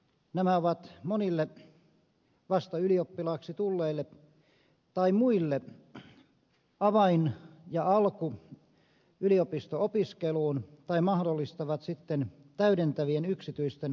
nämä ovat monille vasta ylioppilaiksi tulleille tai muille avain ja alku yliopisto opiskeluun tai mahdollistavat sitten täydentävien yksityisten arvosanojen saannin